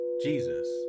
Jesus